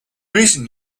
recent